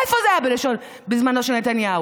איפה זה היה בזמנו של נתניהו?